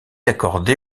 accordée